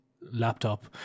laptop